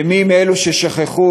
למי ששכחו,